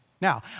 Now